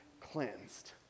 cleansed